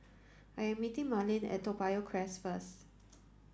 I am meeting Marlin at Toa Payoh Crest first